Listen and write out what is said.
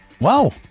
wow